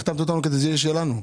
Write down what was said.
החתמת אותנו כדי שזה יהיה שלנו.